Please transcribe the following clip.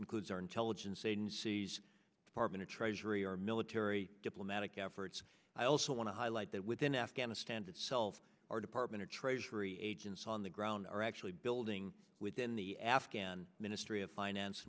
includes our intelligence agencies department of treasury our military diplomatic efforts i also want to highlight that within afghanistan itself our department of treasury agents on the ground are actually building within the afghan ministry of finance